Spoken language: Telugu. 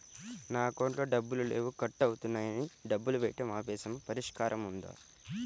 నా అకౌంట్లో డబ్బులు లేవు కట్ అవుతున్నాయని డబ్బులు వేయటం ఆపేసాము పరిష్కారం ఉందా?